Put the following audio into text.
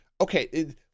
Okay